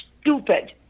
stupid